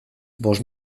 bost